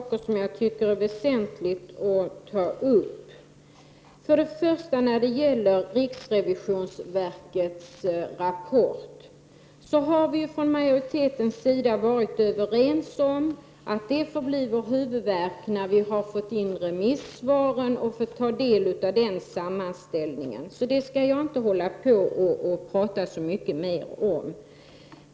Herr talman! Jag tycker att det är väsentligt att ta upp några frågor. När det gäller riksrevisionsverkets rapport har vi inom utskottsmajoriteten varit överens om att vi får ta ställning till den när vi har fått in remissvaren och fått studera sammanställningen av dessa. Jag skall därför inte tala så mycket mer om det.